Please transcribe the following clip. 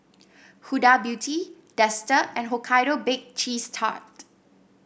Huda Beauty Dester and Hokkaido Bake Cheese Tart